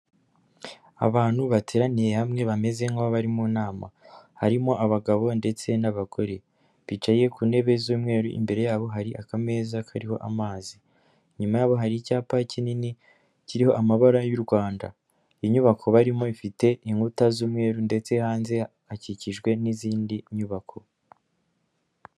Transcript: Abantu bateraniye hamwe bameze nk'aho bari mu nama, harimo abagabo ndetse n'abagore, bicaye ku ntebe z'umweru imbere yabo hari akameza kariho amazi, inyuma yabo hari icyapa kinini kiriho amabara y'u Rwanda, inyubako barimo ifite inkuta z'umweru, ndetse hanze hakikijwe n'izindi nyubako.